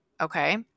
okay